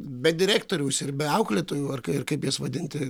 be direktoriaus ir be auklėtojų ar kai ar kaip jas vadinti